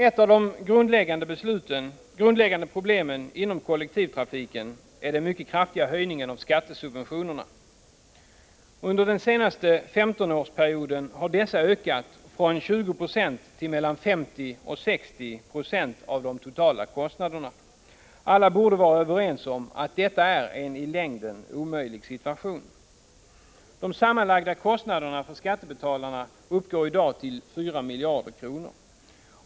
Ett av de grundläggande problemen inom kollektivtrafiken är den mycket kraftiga höjningen av skattesubventionerna. Under den senaste 15-årsperioden har dessa ökat från 20 20 till mellan 50 och 60 Z av de totala kostnaderna. Alla borde vara överens om att detta är en i längden omöjlig situation. Skattebetalarnas sammanlagda kostnader för skattesubventionerna uppgår i dag till 4 miljarder kronor.